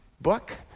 book